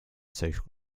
social